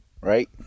Right